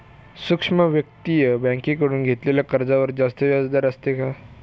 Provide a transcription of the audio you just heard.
सूक्ष्म वित्तीय बँकेकडून घेतलेल्या कर्जावर जास्त व्याजदर असतो का?